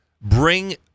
bring